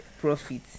profit